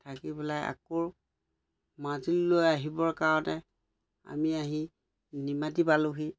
থাকি পেলাই আকৌ মাজুলীলৈ আহিবৰ কাৰণে আমি আহি নিমাটি পালোহি